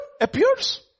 appears